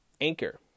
Anchor